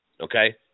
Okay